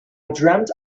dreamt